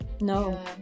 No